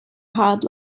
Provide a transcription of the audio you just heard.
hard